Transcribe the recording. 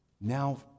Now